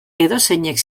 edozeinek